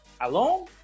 alone